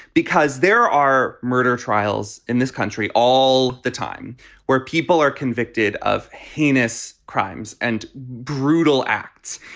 because there are murder trials in this country all the time where people are convicted of heinous crimes and brutal acts.